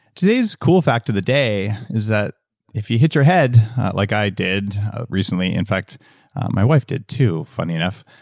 today's cool fact of the day is that if you hit your head like i did recently, in fact my wife did too funny enough,